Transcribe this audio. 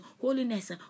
holiness